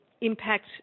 impact